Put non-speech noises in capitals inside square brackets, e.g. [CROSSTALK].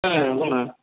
হ্যাঁ [UNINTELLIGIBLE]